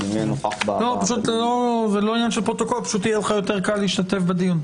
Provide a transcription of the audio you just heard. יהיה לך קל יותר להשתתף בדיון.